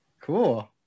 Cool